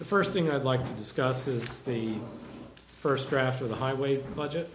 the first thing i'd like to discuss is the first draft of the highway budget